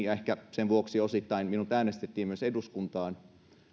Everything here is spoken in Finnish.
ja ehkä sen vuoksi osittain minut äänestettiin myös eduskuntaan